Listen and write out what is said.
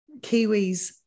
kiwis